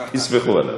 תסמכו עליו.